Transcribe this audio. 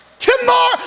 Tomorrow